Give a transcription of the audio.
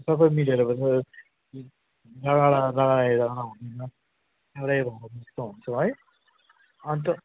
सबै मिलेर बसेको है अन्त